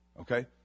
okay